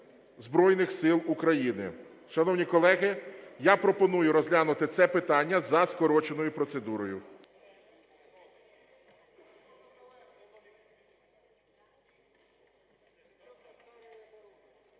Збройних Сил України. Шановні колеги, я пропоную розглянути це питання за скороченою процедурою.